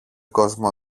κόσμο